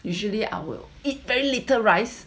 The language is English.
usually I will eat very little rice